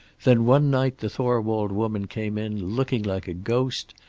then one night the thorwald woman came in, looking like a ghost,